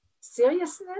seriousness